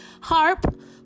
Harp